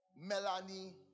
Melanie